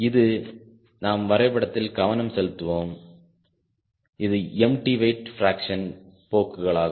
இது நாம் வரைபடத்தில் கவனம் செலுத்துவோம் இது எம்டி வெயிட் பிராக்சன் போக்குகளாகும்